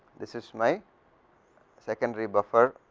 this ismy secondary buffer